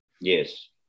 Yes